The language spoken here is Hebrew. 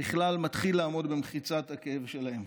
בכלל מתחיל לעמוד במחיצת הכאב שלהם,